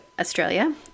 Australia